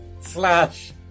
slash